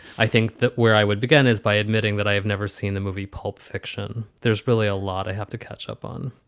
i think that where i would begin is by admitting that i have never seen the movie pulp fiction. there's really a lot i have to catch up on.